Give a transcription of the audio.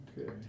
Okay